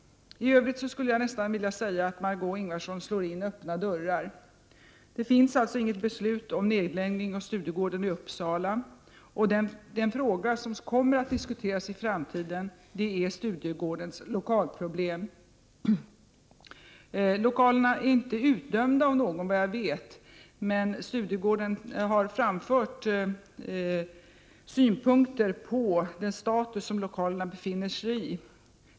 I övrigt skulle jag nästan vilja säga att Margé Ingvardsson slår in öppna dörrar. Det finns inget beslut om nedläggning av Studiegården i Uppsala. Den fråga som kommer att diskuteras i framtiden är Studiegårdens lokalproblem. Lokalerna är inte, vad jag vet, utdömda av någon. Man har dock från Studiegården framfört synpunkter på den status lokalerna befinner sig i.